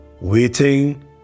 Waiting